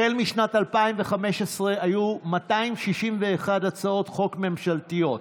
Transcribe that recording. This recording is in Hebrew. מאז שנת 2015 היו 261 הצעות חוק ממשלתיות,